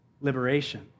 liberation